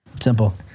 Simple